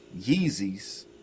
Yeezys